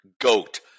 Goat